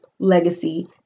legacy